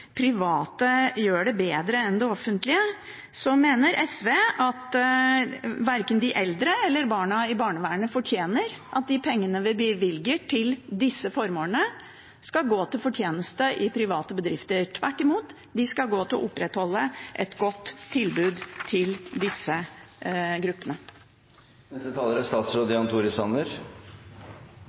private gjør det bedre enn det offentlige, mener SV at verken de eldre eller barna i barnevernet fortjener at de pengene vi bevilger til disse formålene, skal gå til fortjeneste i private bedrifter. Tvert imot – de skal gå til å opprettholde et godt tilbud til disse gruppene. Jeg er